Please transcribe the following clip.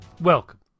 Welcome